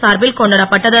சார்பில் கொண்டாடப்பட்டது